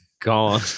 Gone